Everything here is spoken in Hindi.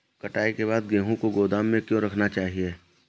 कटाई के बाद गेहूँ को गोदाम में क्यो रखना चाहिए?